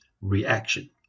reaction